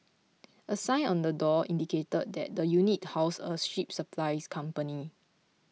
a sign on the door indicated that the unit housed a ship supplies company